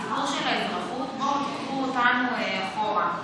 הסיפור של האזרחות בואו, קחו אותנו אחורה,